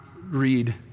read